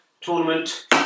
tournament